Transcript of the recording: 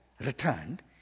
returned